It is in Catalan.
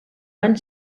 van